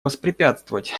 воспрепятствовать